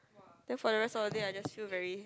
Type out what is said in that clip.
then for the rest of the day I just feel very